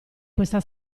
questa